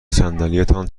صندلیتان